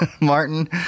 Martin